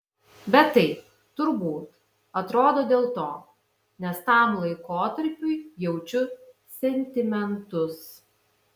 bet taip turbūt atrodo dėl to nes tam laikotarpiui jaučiu sentimentus